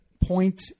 point